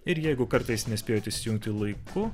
ir jeigu kartais nespėjot įsijungti laiku